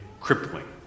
crippling